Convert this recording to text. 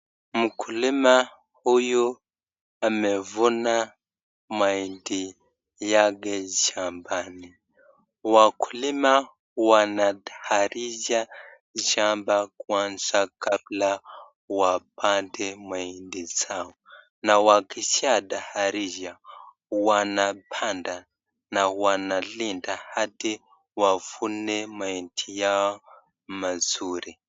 Mkulima huyu amefuna mahindi yake shambani, wakulima wanataharisha shamba kwanza kabla wapande mahindi zao, na wakishaa taharisha wanapanda na wanalinda hadi wafune mahindi Yao mazuri.